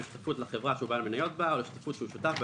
בשותפות לחברה שהוא בעל מניות בה או לשותפות שהוא שותף בה,